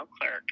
clerk